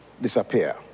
disappear